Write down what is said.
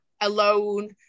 alone